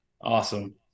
Awesome